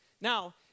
Now